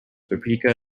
paprika